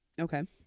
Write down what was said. Okay